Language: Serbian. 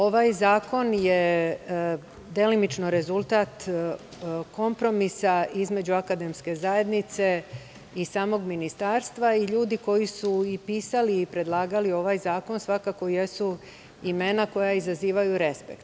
Ovaj zakon je delimično rezultat kompromisa između akademske zajednice i samog Ministarstva, i ljudi koji su i pisali i predlagali ovaj zakon svakako jesu imena koja izazivaju respekt.